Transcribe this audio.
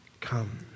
come